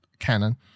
canon